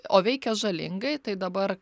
o veikia žalingai tai dabar